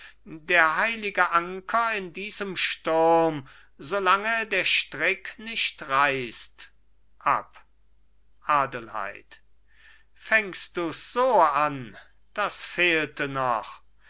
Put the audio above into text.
der heilige anker in diesem sturm solang der strick nicht reißt ab adelheid fängst du's so an das fehlte noch